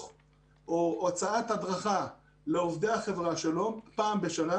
או הצעת הדרכה לעובדי החברה פעם בשנה,